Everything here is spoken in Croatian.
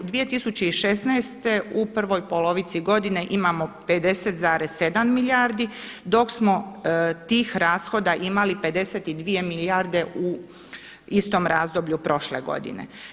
2016. u prvoj polovici godine imamo 50,7 milijardi, dok smo tih rashoda imali 52 milijarde u istom razdoblju prošle godine.